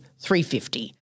350